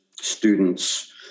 students